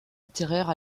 littéraire